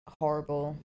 horrible